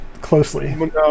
closely